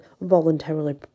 voluntarily